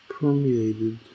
permeated